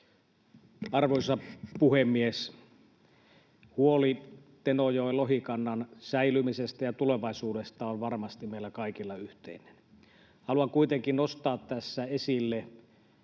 Arvoisa puhemies! Huoli Tenojoen lohikannan säilymisestä ja tulevaisuudesta on varmasti meillä kaikilla yhteinen. Haluan kuitenkin nostaa tässä esille